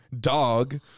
Dog